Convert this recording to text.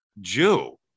Jew